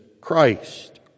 Christ